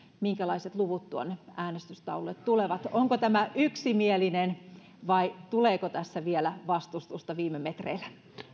minkälaiset luvut tuonne äänestystaululle tulevat onko tämä yksimielinen vai tuleeko tässä vielä vastustusta viime metreillä